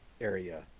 area